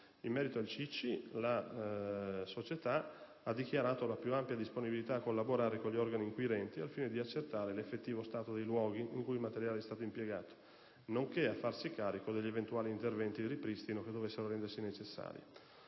In merito al CIC, la società ha dichiarato la più ampia disponibilità a collaborare con gli organi inquirenti al fine di accertare l'effettivo stato dei luoghi in cui il materiale è stato impiegato, nonché a farsi carico degli eventuali interventi di ripristino che dovessero rendersi necessari.